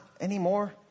anymore